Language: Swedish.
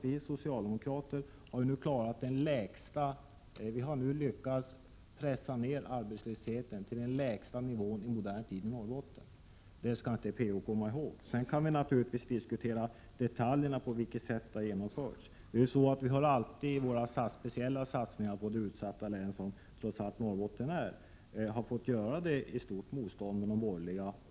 Vi socialdemokrater har nu lyckats pressa ned arbetslösheten till den lägsta nivån i modern tid i Norrbotten. Det skall Per-Ola Eriksson komma ihåg. Sedan kan vi naturligtvis diskutera detaljerna, på vilket sätt detta har genomförts. Vi har alltid fått göra våra speciella satsningar på det utsatta län som Norrbotten trots allt är med stort motstånd från de borgerliga.